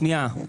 שנייה.